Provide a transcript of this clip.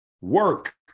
work